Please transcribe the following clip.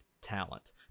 talent